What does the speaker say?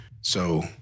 So-